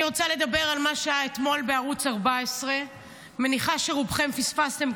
אני רוצה לדבר על מה שהיה אתמול בערוץ 14. מניחה שרובכם פספסתם,